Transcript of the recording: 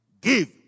give